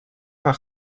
par